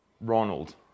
Ronald